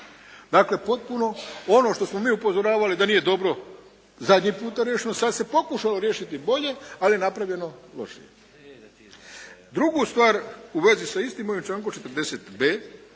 Dakle potpuno, ono što smo mi upozoravali da nije dobro zadnji puta riješeno sad se pokušalo riješiti bolje ali je napravljeno loše. Drugu stvar u vezi s istim ovim člankom 40.b.